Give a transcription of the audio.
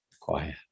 quiet